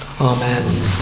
Amen